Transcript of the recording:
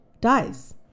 Dies